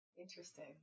Interesting